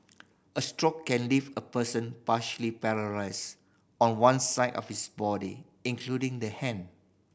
a stroke can leave a person partially paralysed on one side of his body including the hand